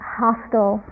hostile